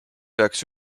peaks